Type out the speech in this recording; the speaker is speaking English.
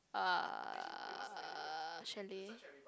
uh chalet